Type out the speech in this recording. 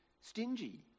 stingy